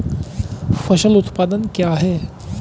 फसल उत्पादन क्या है?